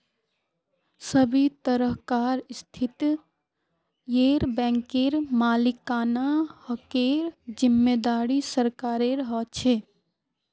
सभी तरहकार स्थितित येस बैंकेर मालिकाना हकेर जिम्मेदारी सरकारेर ह छे